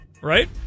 right